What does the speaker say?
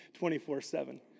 24-7